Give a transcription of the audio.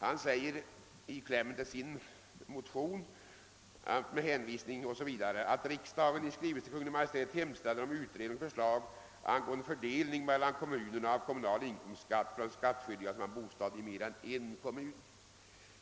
Herr Carlshamre föreslår i sin motion, att riksdagen i skrivelse till Kungl. Maj:t skall begära »utredning och förslag angående fördelning mellan kommuner av kommunal inkomstskatt från skattskyldiga som har bostad i mer än en kommun».